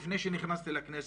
לפני שנכנסתי לכנסת,